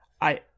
I-